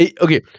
Okay